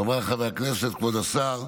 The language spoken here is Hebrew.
חבריי חברי הכנסת, כבוד השר,